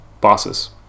bosses